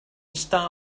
star